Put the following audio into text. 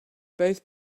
both